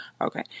okay